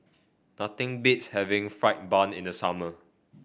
nothing beats having fried bun in the summer